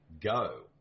go